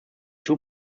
two